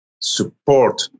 support